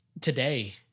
today